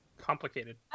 complicated